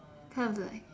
tells like